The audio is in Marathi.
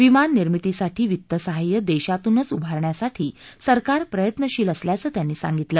विमाननिर्मितीसाठी वित्तसहाय्य देशातूनच उभारण्यासाठी सरकार प्रयत्नशील असल्याचं त्यांनी सांगितलं